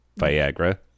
Viagra